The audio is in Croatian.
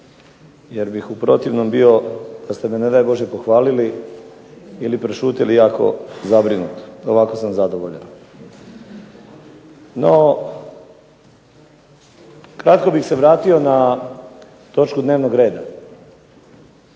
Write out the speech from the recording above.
jer bih u protivnom bio, da ste me ne daj Bože pohvalili, ili prešutjeli jako zabrinut, ovako sam zadovoljan. da sam danas govorio ono što sam trebao